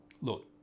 Look